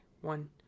one